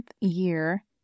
year